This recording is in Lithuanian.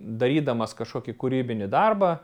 darydamas kažkokį kūrybinį darbą